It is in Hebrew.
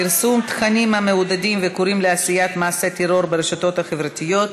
פרסום תכנים המעודדים וקוראים לעשיית מעשי טרור ברשתות החברתיות,